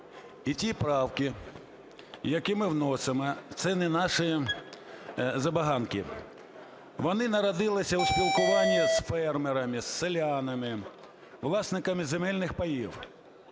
І ті правки, які ми вносимо, це не наші забаганки, вони народилися у спілкуванні з фермерами, з селянами, власниками земельних паїв.